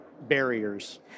barriers